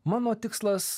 mano tikslas